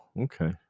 okay